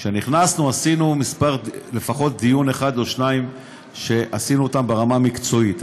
כשנכנסנו עשינו לפחות דיון אחד או שניים ברמה המקצועית.